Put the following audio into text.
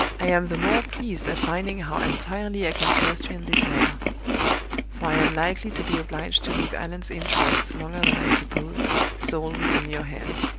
i am the more pleased at finding how entirely i can trust you in this matter for i am likely to be obliged to leave allan's interests longer than i supposed solely in your hands.